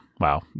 wow